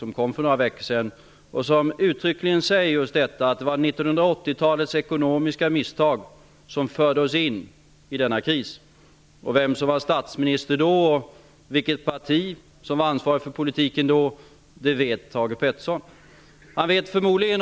Den kom för några veckor sedan, och den säger uttryckligen att det var 1980-talets ekonomiska misstag som förde oss in i denna kris. Vem som då var statsminister och vilket parti som då var ansvarigt för politiken vet Thage Peterson.